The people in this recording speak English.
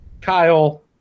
Kyle